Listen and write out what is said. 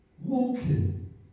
Walking